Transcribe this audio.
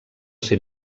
ser